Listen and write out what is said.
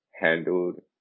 handled